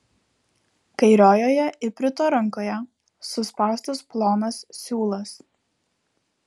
kairiojoje iprito rankoje suspaustas plonas siūlas